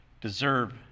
deserve